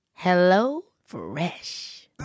HelloFresh